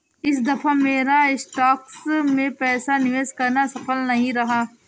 इस दफा मेरा स्टॉक्स में पैसा निवेश करना सफल नहीं रहा